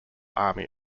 army